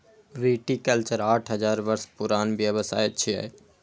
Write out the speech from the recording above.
viticulture आठ हजार वर्ष पुरान व्यवसाय छियै